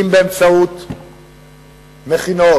אם באמצעות מכינות,